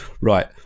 right